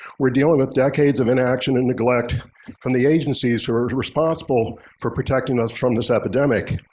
we're dealing with decades of inaction and neglect from the agencies who are responsible for protecting us from this epidemic.